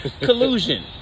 collusion